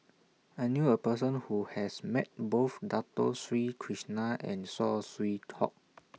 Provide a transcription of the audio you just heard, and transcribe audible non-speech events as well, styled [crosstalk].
I knew A Person Who has Met Both Dato Sri Krishna and Saw Swee Hock [noise]